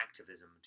activism